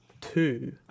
two